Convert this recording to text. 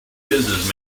business